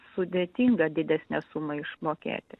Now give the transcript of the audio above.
sudėtinga didesnę sumą išmokėti